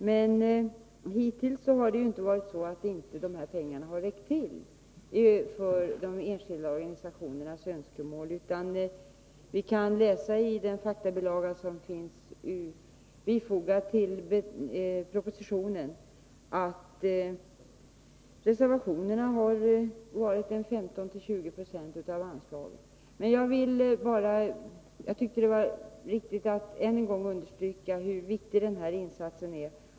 Men hittills har det inte varit så, att dessa pengar inte räckt till för de enskilda organisationernas önskemål, utan vi kan läsa i den faktabilaga som finns fogad till propositionen att reservationerna har varit 15-20 26 av anslagen. Jag tyckte att det var riktigt att än en gång understryka hur viktig den här insatsen är.